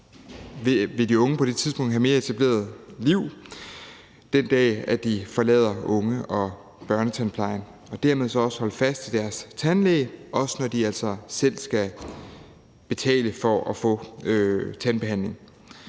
så de unge vil have et mere etableret liv den dag, hvor de forlader børne- og ungetandplejen, og dermed også vil holde fast i deres tandlæge, også når de selv skal betale for at få tandbehandling.